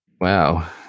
Wow